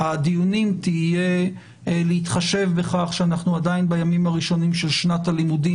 הדיונים תהיה להתחשב בכך שאנחנו עדיין בימים הראשונים של שנת הלימודים